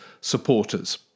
supporters